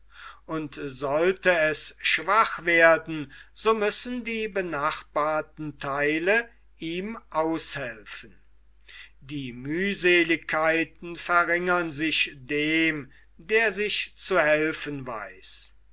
und sollte es schwach werden so müssen die benachbarten theile ihm aushelfen die mühseligkeiten verringern sich dem der sich zu helfen weiß